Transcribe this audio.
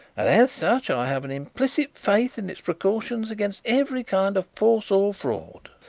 and as such i have an implicit faith in its precautions against every kind of force or fraud.